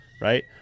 right